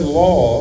law